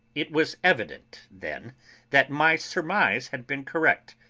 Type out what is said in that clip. it was evident then that my surmise had been correct.